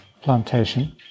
plantation